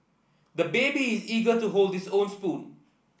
the baby is eager to hold this own spoon